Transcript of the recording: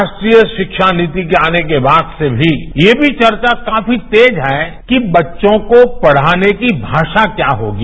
राष्ट्रीय शिक्षा नीति के औने के बाद से भी ये भी चर्चा काफी तेज है कि बच्चों को पढ़ाने की भाषा क्या होगी